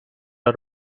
are